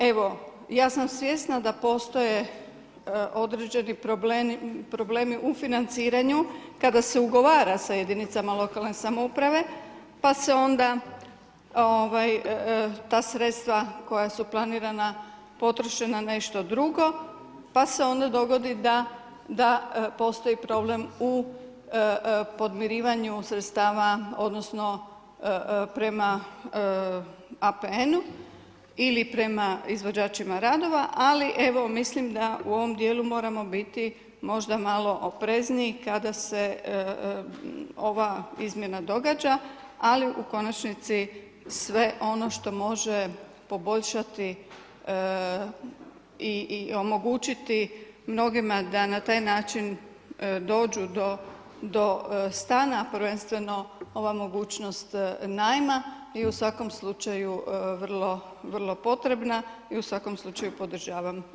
Evo, ja sam svjesna da postoje određeni problemi u financiranju, kada se ugovara sa jedinicama lokalne samouprave, pa se onda ta sredstva koja su planirana potroše na nešto drugo, pa se onda dogodi postoji problem u podmirivanju sredstava, odnosno prema APN-u ili prema izvođačima radova, ali mislim da u ovom dijelu moramo biti možda malo oprezniji kada se ova izmjena događa, ali u konačnici sve ono što može poboljšati i omogućiti mnogima da na taj način dođu do stana, prvenstveno ova mogućnost najma i u svakom slučaju, vrlo potrebna i u svakom slučaju podržavam izmjene.